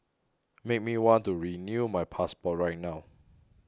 make me want to renew my passport right now